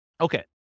Okay